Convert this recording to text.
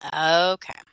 Okay